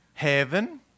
heaven